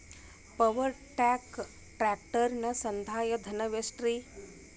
Power track ಟ್ರ್ಯಾಕ್ಟರನ ಸಂದಾಯ ಧನ ಎಷ್ಟ್ ರಿ?